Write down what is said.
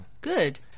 Good